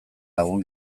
lagun